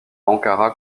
ankara